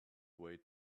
wait